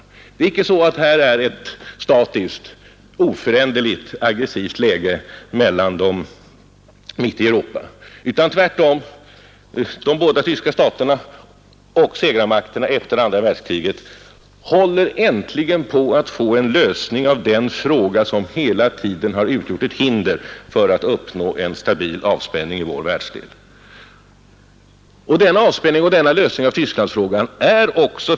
Det är icke så att det föreligger ett statiskt, oföränderligt aggressivt läge mellan dem mitt i Europa, utan de båda tyska staterna och segermakterna efter andra världskriget håller tvärtom äntligen på att få en lösning av den fråga som utgjort ett hinder för en stabil avspänning i vår världsdel. Lösningen av Tysklandsfrågan är ett avgörande element i avspänningspolitiken.